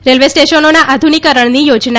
railway સ્ટેશનોના આધુનિકીકરણની યોજના